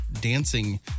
dancing